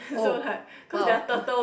oh !wow!